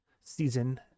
season